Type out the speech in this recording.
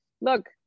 look